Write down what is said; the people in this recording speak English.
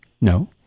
No